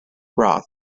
roth